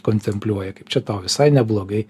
kontempliuoja kaip čia tau visai neblogai